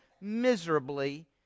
miserably